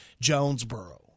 Jonesboro